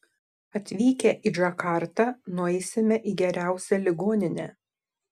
atvykę į džakartą nueisime į geriausią ligoninę